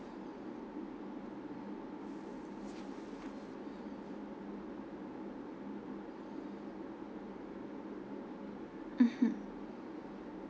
mmhmm